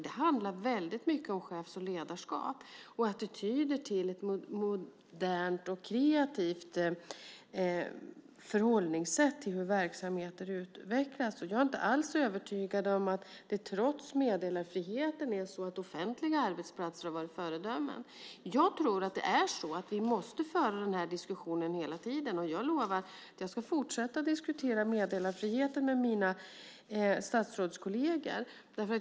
Det handlar mycket om chefs och ledarskap och attityder till ett modernt och kreativt förhållningssätt till hur verksamheter utvecklas. Jag är inte alls övertygad om att det trots meddelarfriheten är så att offentliga arbetsplatser har varit föredömen. Jag tror att vi hela tiden måste föra denna diskussion. Jag lovar att fortsätta diskutera meddelarfriheten med mina statsrådskolleger.